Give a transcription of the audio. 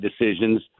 decisions